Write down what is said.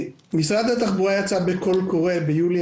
משרד התחבורה יצא בקול קורא ביולי